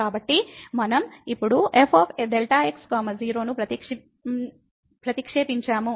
కాబట్టి మనం ఇప్పుడు f Δx 0 ను ప్రతిక్షేపణ చేస్తాము